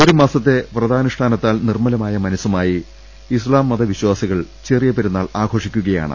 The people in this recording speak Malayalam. ഒരു മാസത്തെ വ്രതാനുഷ്ഠാന ത്താൽ നിർമ്മലമായ മനസ്സുമായി ഇസ്ലാമത വിശ്വാസികൾ ചെറിയ പെരുന്നാൾ ആഘോഷിക്കുകയാണ്